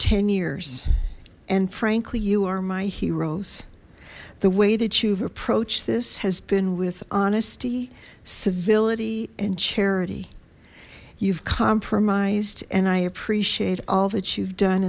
ten years and frankly you are my heroes the way that you've approached this has been with honesty civility and charity you've compromised and i appreciate all that you've done